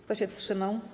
Kto się wstrzymał?